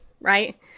Right